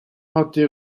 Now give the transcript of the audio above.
hatte